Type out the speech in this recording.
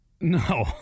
No